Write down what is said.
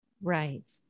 Right